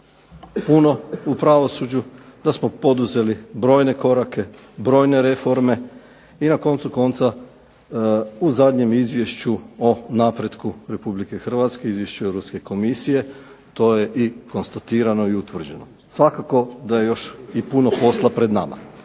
puno u pravosuđu, da smo poduzeli brojne korake, brojne reforme i na koncu konca u zadnjem izvješću o napretku Republike Hrvatske u Izvješću Europske komisije to je i konstatirano i utvrđeno. Svakako da je još i puno posla pred nama.